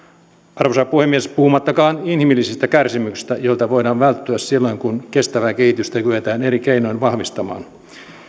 arvoisa puhemies puhumattakaan inhimillisistä kärsimyksistä joilta voidaan välttyä silloin kun kestävää kehitystä kyetään eri keinoin vahvistamaan